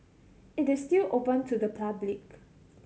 it is still open to the public